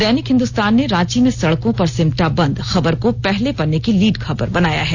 दैनिक हिंदुस्तान ने रांची में सड़कों पर सिमटा बंद खबर को पहले पन्ने की लीड खबर बनाया है